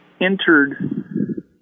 entered